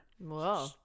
Whoa